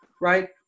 right